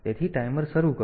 તેથી ટાઈમર શરૂ કરો